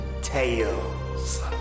tales